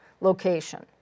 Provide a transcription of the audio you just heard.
location